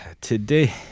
Today